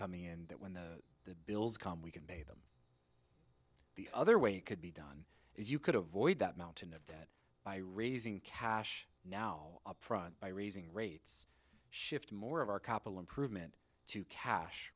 coming in that when the bills come we can pay the other way it could be done if you could avoid that mountain of debt by raising cash now by raising rates shift more of our capital improvement to cash